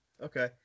Okay